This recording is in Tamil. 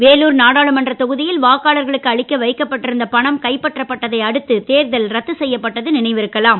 வேலூர் நாடாளுமன்றத் தொகுதியில் அளிக்க வைக்கப்பட்டிருந்த பணம் கைப்பற்றப்பட்டதை அடுத்து தேர்தல் ரத்து செய்யப்பட்டது நினைவிருக்கலாம்